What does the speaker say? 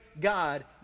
God